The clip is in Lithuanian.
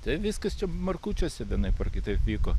tai viskas čia markučiuose vienaip ar kitaip vyko